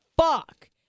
fuck